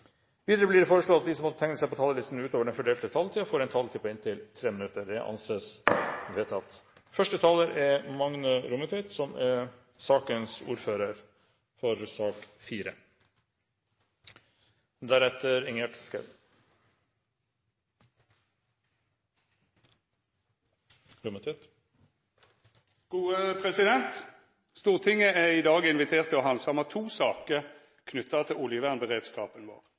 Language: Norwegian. Videre blir det foreslått at de som måtte tegne seg på talerlisten utover den fordelte taletid, får en taletid på inntil 3 minutter. – Det anses vedtatt. Stortinget er i dag invitert til å handsama to saker knytte til oljevernberedskapen vår.